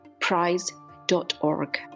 prize.org